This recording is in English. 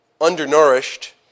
undernourished